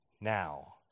now